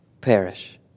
perish